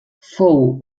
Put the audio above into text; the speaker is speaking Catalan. fou